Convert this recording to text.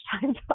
time